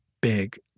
big